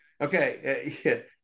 okay